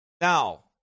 Now